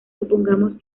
supongamos